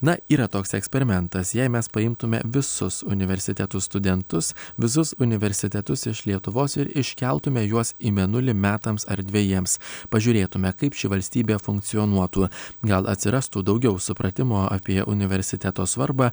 na yra toks eksperimentas jei mes paimtume visus universitetų studentus visus universitetus iš lietuvos ir iškeltumėme juos į mėnulį metams ar dvejiems pažiūrėtume kaip ši valstybė funkcionuotų gal atsirastų daugiau supratimo apie universiteto svarbą